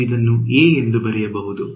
ನಾನು ಇದನ್ನು a ಎಂದು ಬರೆಯಬಹುದು